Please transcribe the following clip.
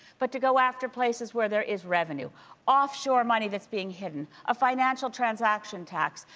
but to go after places where there is revenue offshore money that's being hidden, a financial transaction tax,